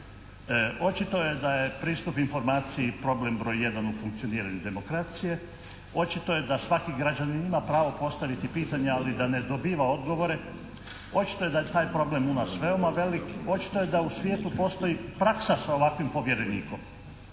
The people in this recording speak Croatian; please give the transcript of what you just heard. očito je da je pristup informaciji problem broj jedan u funkcioniranju demokracije, očito je da svaki građanin ima pravo postaviti pitanje, ali da ne dobiva odgovore. Očito je da je taj problem u nas veoma velik. Očito je da u svijetu postoji praksa sa ovakvim povjerenikom.